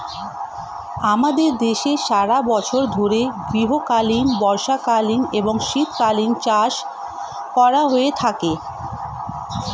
আমাদের দেশে সারা বছর ধরে গ্রীষ্মকালীন, বর্ষাকালীন এবং শীতকালীন চাষ করা হয়ে থাকে